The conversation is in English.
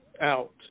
out